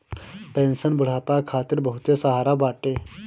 pension बुढ़ापा खातिर बहुते सहारा बाटे